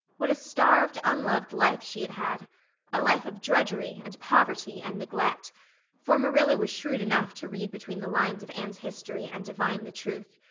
what a starved, unloved life she had had a life of drudgery and poverty and neglect for marilla was shrewd enough to read between the lines of anne's history and divine the truth.